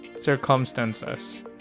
circumstances